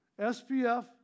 SPF